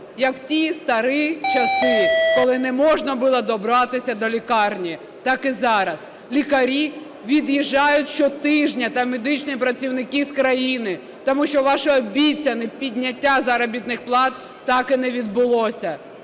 як в ті старі часи, коли не можна було добратися до лікарні, так і зараз. Лікарі від'їжджають щотижня та медичні працівники з країни, тому що ваші обіцяне підняття заробітних плат так і не відбулося.